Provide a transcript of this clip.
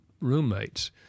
roommates